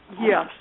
Yes